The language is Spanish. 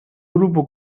grupo